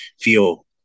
feel